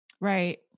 Right